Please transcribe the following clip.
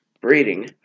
breeding